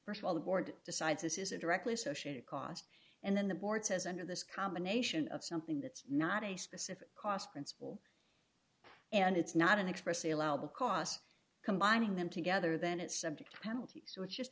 while the board decides this isn't directly associated costs and then the board says under this combination of something that's not a specific cost principle and it's not an express a allowable cost combining them together then it's subject to penalties so it's just